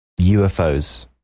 UFOs